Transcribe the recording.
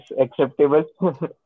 acceptable